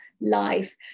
life